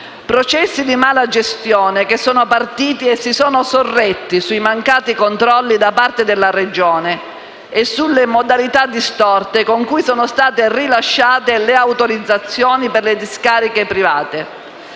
Processi di mala gestione che sono partiti e si sono sorretti sui mancati controlli da parte della Regione e sulle modalità distorte con cui sono state rilasciate le autorizzazioni per le discariche private.